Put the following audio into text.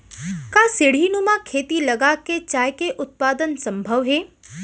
का सीढ़ीनुमा खेती लगा के चाय के उत्पादन सम्भव हे?